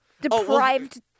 deprived